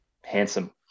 handsome